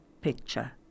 picture